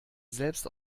selbst